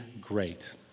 great